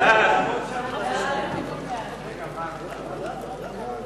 כהונה של יועצים משפטיים וגזברים) (תיקוני חקיקה),